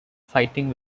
fighting